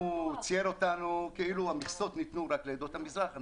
צייר אותנו כאילו המכסות ניתנו רק לעדות המזרח.